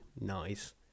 nice